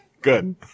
good